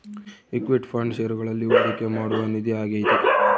equity fund ಷೇರುಗಳಲ್ಲಿ ಹೂಡಿಕೆ ಮಾಡುವ ನಿಧಿ ಆಗೈತೆ